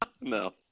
No